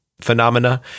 phenomena